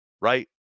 right